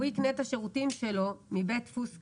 הוא יקנה את השירותים שלו מבית דפוס קיים.